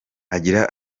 agira